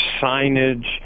signage